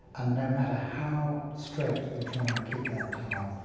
and no matter how straight you try and keep that tower,